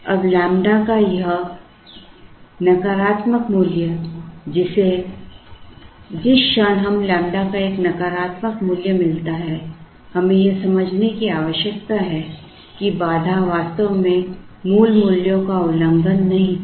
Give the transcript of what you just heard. अब लैम्ब्डा का यह नकारात्मक मूल्य जिस क्षण हमें लैम्ब्डा का एक नकारात्मक मूल्य मिलता है हमें यह समझने की आवश्यकता है कि बाधा वास्तव में मूल मूल्यों का उल्लंघन नहीं थी